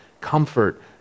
comfort